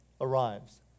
arrives